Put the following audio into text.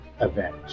event